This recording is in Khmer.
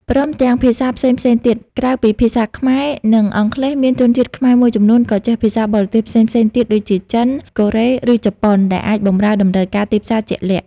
ព្រមទាំង ភាសាផ្សេងៗទៀត ក្រៅពីភាសាខ្មែរ និងអង់គ្លេស មានជនជាតិខ្មែរមួយចំនួនក៏ចេះភាសាបរទេសផ្សេងៗទៀតដូចជា ចិន កូរ៉េ ឬជប៉ុន ដែលអាចបម្រើតម្រូវការទីផ្សារជាក់លាក់។